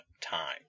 time